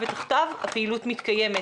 ותחתיו הפעילות מתקיימת,